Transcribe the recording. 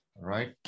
right